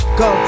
go